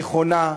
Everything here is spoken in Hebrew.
נכונה,